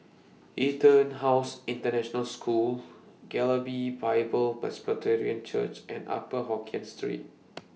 Etonhouse International School Galibee Bible Presbyterian Church and Upper Hokkien Street